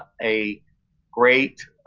a great,